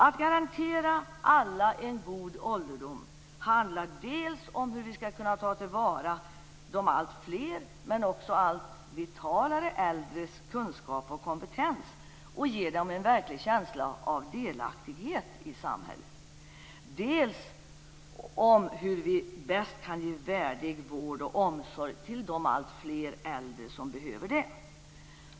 Att garantera alla en god ålderdom handlar dels om hur vi skall kunna ta till vara de alltfler men också allt vitalare äldres kunskap och kompetens och ge dem en verklig känsla av delaktighet i samhället, dels om hur vi bäst kan ge värdig vård och omsorg till de alltfler äldre som behöver det.